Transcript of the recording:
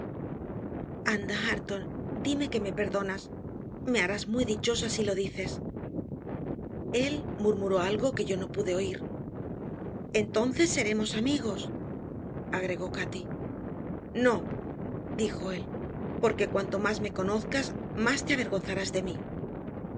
dime que me perdonas me harás muy dichosa si lo dices él murmuró algo que yo no pude oír entonces seremos amigos agregó cati no dijo él porque cuanto más me conozcas más te avergonzarás de mí